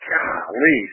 Golly